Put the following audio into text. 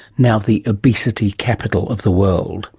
now the obesity capital of the world?